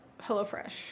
HelloFresh